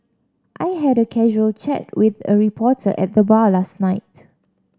I had a casual chat with a reporter at the bar last night